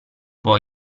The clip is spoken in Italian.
può